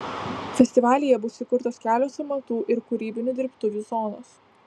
festivalyje bus įkurtos kelios amatų ir kūrybinių dirbtuvių zonos